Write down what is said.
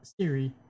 Siri